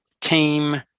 team